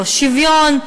לדרוש שוויון,